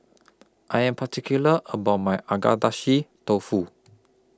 I Am particular about My Agedashi Dofu